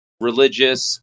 Religious